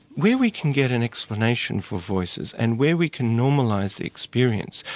where we can get an explanation for voices and where we can normalise the experience,